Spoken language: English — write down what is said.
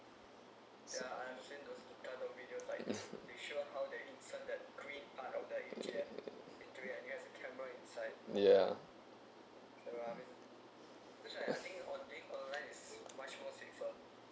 yeah